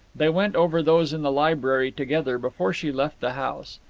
they went over those in the library together before she left the house.